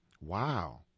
Wow